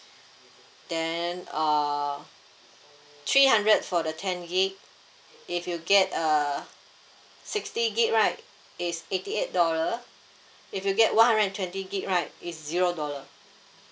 then uh three hundred for the ten gig if you get a sixty gig right it's eighty eight dollar if you get one hundred and twenty gig right it's zero dollar